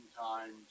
times